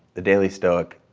the daily stoic,